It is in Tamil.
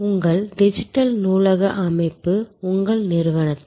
உங்கள் டிஜிட்டல் நூலக அமைப்பு உங்கள் நிறுவனத்தில்